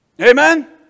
Amen